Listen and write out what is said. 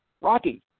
rocky